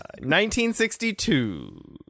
1962